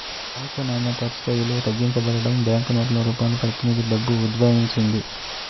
లోహపు నాణేలు తరచుగా విలువ తగ్గించబడటం, బ్యాంకు నోట్ల రూపంలో ప్రతినిధి డబ్బు ఉద్భవించింది